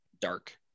dark